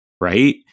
right